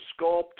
sculpt